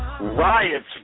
riots